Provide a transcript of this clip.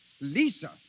Lisa